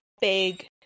big